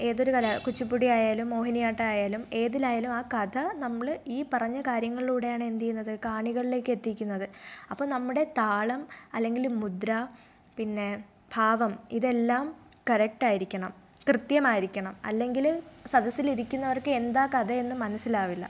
ഏതൊരു കല കുച്ചിപ്പുടി ആയാലും മോഹിനിയാട്ടം ആയാലും ഏതിലായാലും ആ കഥ നമ്മൾ ഈ പറഞ്ഞ കാര്യങ്ങളിലൂടെയാണ് എന്തു ചെയ്യുന്നത് കാണികളിലേക്ക് എത്തിക്കുന്നത് അപ്പം നമ്മുടെ താളം അല്ലെങ്കിൽ മുദ്ര പിന്നെ ഭാവം ഇതെല്ലാം കറക്റ്റായിരിക്കണം കൃത്യമായിരിക്കണം അല്ലെങ്കിൽ സദസ്സിൽ ഇരിക്കുന്നവർക്ക് എന്താ കഥയെന്ന് മനസ്സിലാവില്ല